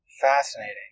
fascinating